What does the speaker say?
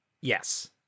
Yes